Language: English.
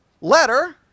letter